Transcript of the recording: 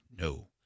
no